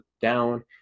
down